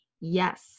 yes